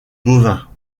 bovins